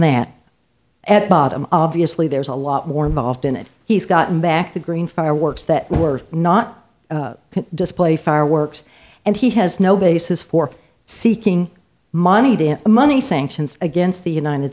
that at bottom obviously there's a lot more involved in it he's gotten back the green fireworks that were not display fireworks and he has no basis for seeking money to have the money sanctions against the united